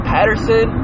Patterson